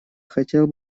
хотел